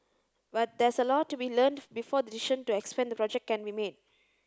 but there's a lot to be learnt before the decision to expand the project can be made